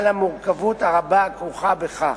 על המורכבות הרבה הכרוכה בכך.